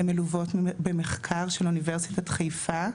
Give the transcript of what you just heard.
הן מלוות במחקר של אוניברסיטת חיפה.